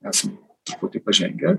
esam truputį pažengę